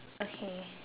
okay